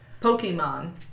Pokemon